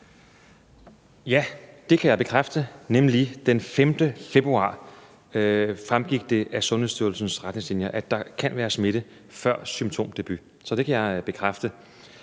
Ja, det kan jeg bekræfte, nemlig den 5. februar, hvor det fremgik af Sundhedsstyrelsens retningslinjer, at der kan være smitte før symptomdebut. Så det kan jeg bekræfte.